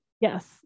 Yes